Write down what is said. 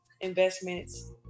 investments